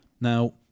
Now